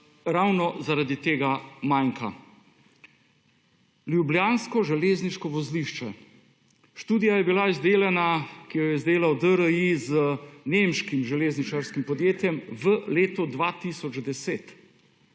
ravno zaradi tega maka. Ljubljansko železniško vozlišče. Študija je bila izdelana, ki jo je izdelal DRI z nemškim železničarskim podjetjem v letu 2010.